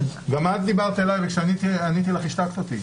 גם את דיברת אלי וכשעניתי לי השתקת אותי.